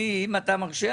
אם אתה מרשה,